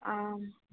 आम्